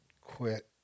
quit